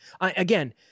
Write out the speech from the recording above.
Again